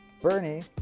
Bernie